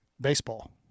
baseball